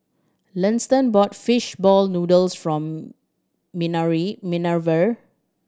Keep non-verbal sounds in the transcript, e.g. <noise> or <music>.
Liston bought fish ball noodles from <unintelligible> Minerva